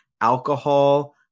alcohol